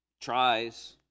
tries